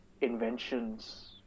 inventions